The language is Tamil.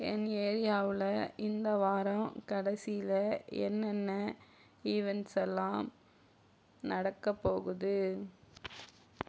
என் ஏரியாவில் இந்த வாரம் கடசியில என்னென்ன ஈவென்ட்ஸ் எல்லாம் நடக்கப்போகுது